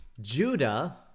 Judah